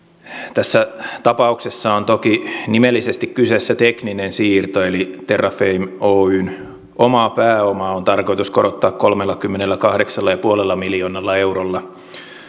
tässä tapauksessa on toki nimellisesti kyseessä tekninen siirto eli terrafame oyn omaa pääomaa on tarkoitus korottaa kolmellakymmenelläkahdeksalla pilkku viidellä miljoonalla eurolla